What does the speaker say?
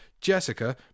Jessica